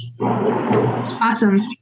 Awesome